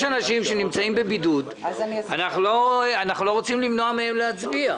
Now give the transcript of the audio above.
יש אנשים שנמצאים בבידוד שאנחנו לא רוצים למנוע מהם להצביע.